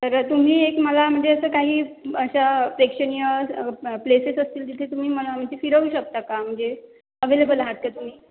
तरं तुम्ही एक मला म्हणजे असं काही असं प्रेक्षणीय प्लेसेस असतील तिथे तुम्ही मला म्हणजे फिरवू शकता का म्हणजे अवेलेबल आहात का तुम्ही